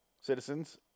citizens